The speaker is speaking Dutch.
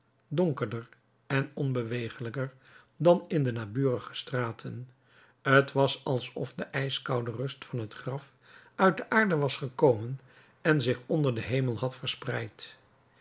donkerder en onbewegelijker dan in de naburige straten t was alsof de ijskoude rust van het graf uit de aarde was gekomen en zich onder den hemel had verspreid